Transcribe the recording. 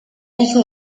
hijo